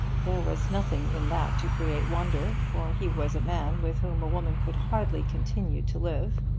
there was nothing in that to create wonder, for he was a man with whom a woman could hardly continue to live.